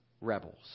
rebels